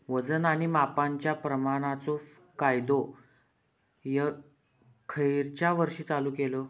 वजन आणि मापांच्या प्रमाणाचो कायदो खयच्या वर्षी चालू केलो?